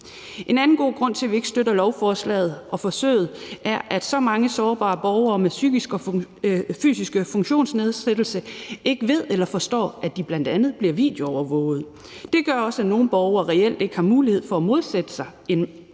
En anden god grund til, at vi ikke støtter lovforslaget og forsøget, er, at så mange sårbare borgere med psykisk og fysisk funktionsnedsættelse ikke ved eller forstår, at de bl.a. bliver videoovervåget. Det gør også, at nogle borgere reelt ikke har mulighed for at modsætte sig en